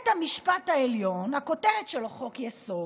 הכותרת של חוק-היסוד: